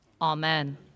Amen